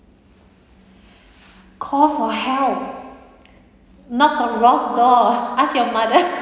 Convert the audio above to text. call for help knock on rose door ask your mother